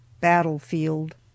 battlefield